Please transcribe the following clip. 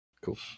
Cool